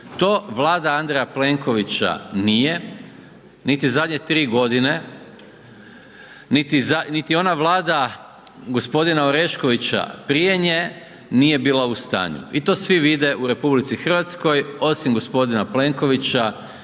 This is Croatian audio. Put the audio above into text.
To Vlada Andreja Plenkovića nije niti zadnje tri godine, niti ona Vlada gospodina Oreškovića prije nje nije bila u stanju i to svi vide u RH osim gospodina Plenkovića